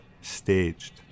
staged